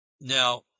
Now